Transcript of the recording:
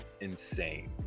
insane